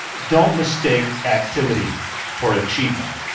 don't mistake activity for achievement.